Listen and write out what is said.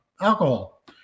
alcohol